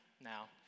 now